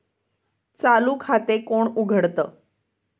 चालू खाते कोण उघडतं?